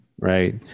Right